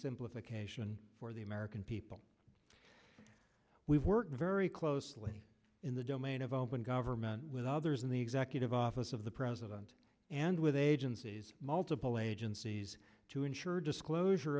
simplification for the american people we work very closely in the domain of open gov with others in the executive office of the president and with agencies multiple agencies to ensure disclosure